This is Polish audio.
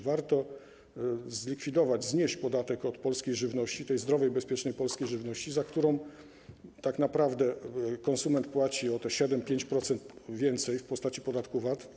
Warto zlikwidować, znieść podatek od polskiej żywności, tej zdrowej, bezpiecznej polskiej żywności, za którą tak naprawdę konsument płaci o 7%, 5% więcej w postaci podatku VAT.